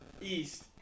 east